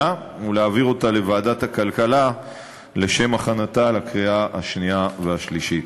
ולהעביר אותה לוועדת הכלכלה לשם הכנתה לקריאה השנייה והשלישית.